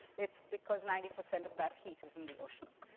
it's because ninety percent of that heat is in the oceans.